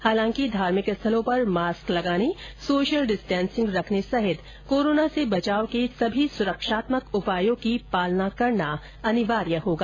हालांकि धार्मिक स्थलों पर मास्क लगाने सोशल डिस्टेंसिंग रखने सहित कोरोना से बचाव के सभी सुरक्षात्मक उपायों की पालना करना अनिवार्य होगा